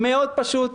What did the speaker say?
מאוד פשוט.